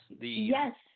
yes